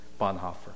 Bonhoeffer